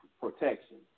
protection